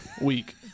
week